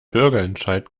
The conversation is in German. bürgerentscheid